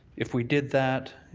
if we did that,